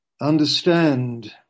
understand